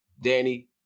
Danny